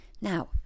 Now